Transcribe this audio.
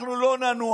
אנחנו לא ננוע.